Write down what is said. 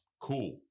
Cool